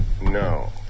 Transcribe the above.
No